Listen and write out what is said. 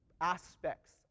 aspects